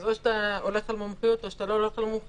אז או שאתה הולך על מומחיות או שאתה לא הולך על מומחיות.